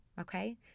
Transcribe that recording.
okay